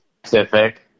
specific